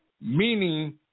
meaning